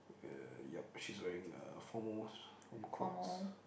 uh yup she's wearing uh formal formal clothes